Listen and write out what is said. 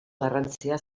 garrantzia